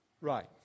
Right